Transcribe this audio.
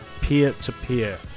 peer-to-peer